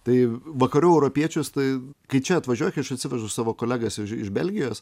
tai vakarų europiečius tai kai čia atvažiuoja kai aš atsivežu savo kolegas iš iš belgijos